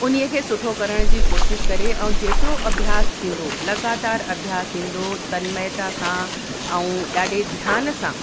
उन खे सुठो करण जी कोशिशि करे ऐं जेतिरो अभ्यास थींदो लॻातारि अभ्यास थींदो तन्मयता सां ऐं ॾाढे ध्यान सां